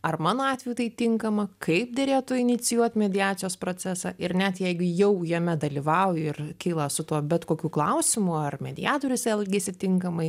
ar mano atveju tai tinkama kaip derėtų inicijuot mediacijos procesą ir net jeigu jau jame dalyvauju ir kyla su tuo bet kokių klausimų ar mediatorius elgiasi tinkamai